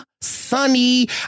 sunny